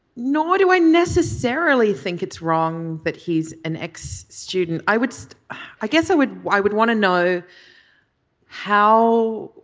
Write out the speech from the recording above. nor do i necessarily think it's wrong that he's an ex student i would say i guess i would i would want to know how.